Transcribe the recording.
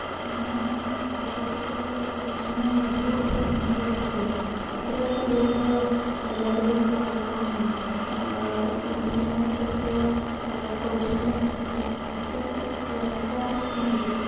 नमो नमः करकुशलतया शिक्षणं बहु सम्यक् वर्तते अत्र यद् लघुलघुबालकानां यत्किमपि तस्य कौशलमस्ति तस्य एकं प्लाट्फ़ार्म् मिलति